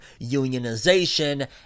unionization